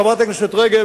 חברת הכנסת רגב,